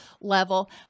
level